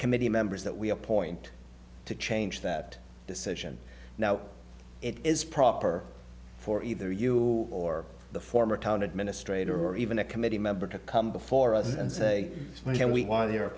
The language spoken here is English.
committee members that we appoint to change that decision now it is proper for either you or the former town administrator or even a committee member to come before us and say can we why the